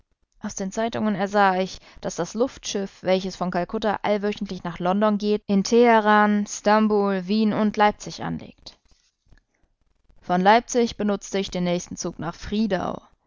aus den zeitungen ersah ich daß das luftschiff welches von kalkutta allwöchentlich nach london geht in teheran stambul wien und leipzig anlegt von leipzig benutzte ich den nächsten zug nach friedau